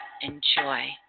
enjoy